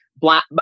black